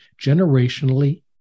generationally